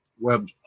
web